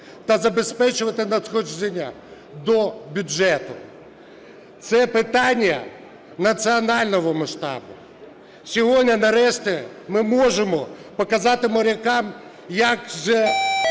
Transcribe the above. та забезпечувати надходження до бюджету. Це питання національного масштабу. Сьогодні нарешті ми можемо показати морякам, які вже